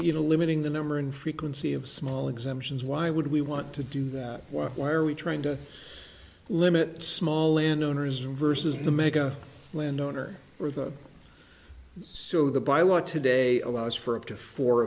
you know limiting the number and frequency of small exemptions why would we want to do that why are we trying to limit small landowners and versus the mega landowner or the so the by law today allows for up to four